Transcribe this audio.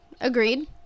agreed